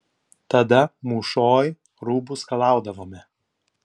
tada mūšoj rūbus skalaudavome